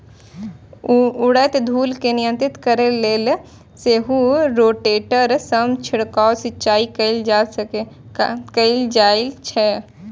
उड़ैत धूल कें नियंत्रित करै लेल सेहो रोटेटर सं छिड़काव सिंचाइ कैल जाइ छै